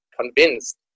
convinced